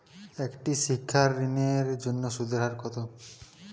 একটি শিক্ষা ঋণের জন্য সুদের হার কত?